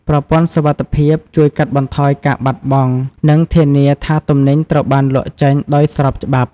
ប្រព័ន្ធសុវត្ថិភាពជួយកាត់បន្ថយការបាត់បង់ និងធានាថាទំនិញត្រូវបានលក់ចេញដោយស្របច្បាប់។